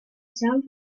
sounds